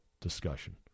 discussion